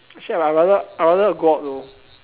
actually I would rather I would rather go out though